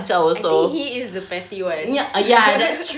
I think he's the petty [one]